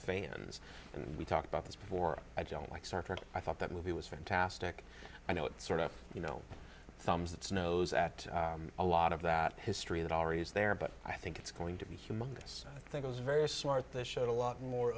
fans and we talked about this before i don't like star trek i thought that movie was fantastic i know it sort of you know thumbs its nose at a lot of that history that already is there but i think it's going to be humongous i think it was very smart this showed a lot more